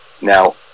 Now